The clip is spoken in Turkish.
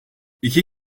i̇ki